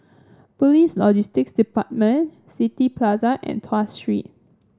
Police Logistics Department City Plaza and Tuas Street